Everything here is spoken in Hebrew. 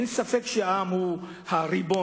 אין ספק שהעם הוא הריבון,